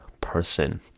person